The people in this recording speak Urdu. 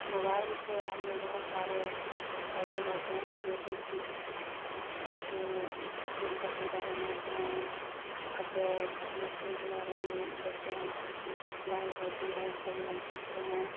موبائل سے ہمیں بہت سارے پھائدے ہوتے ہیں جیسے کہ کہ پھول کشیدہ بناتے ہیں کپڑے مشین کے بارے میں دیکھتے ہیں کہ کیسے سلائی ہوتی ہے ان سے بھی ہم شیکھتے ہیں